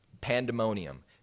Pandemonium